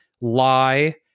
lie